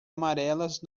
amarelas